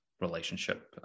relationship